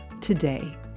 today